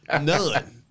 none